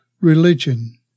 religion